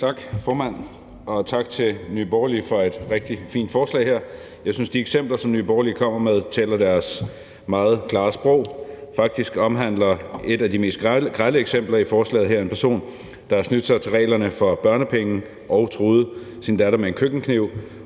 Tak, formand. Og tak til Nye Borgerlige for et rigtig fint forslag her. Jeg synes, at de eksempler, som Nye Borgerlige kommer med, taler deres meget klare sprog. Faktisk omhandler et af de mest grelle eksempler i forslaget her en kvinde, der havde snydt med reglerne for børnepenge og truet sin datter med en køkkenkniv,